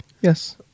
Yes